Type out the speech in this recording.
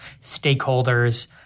stakeholders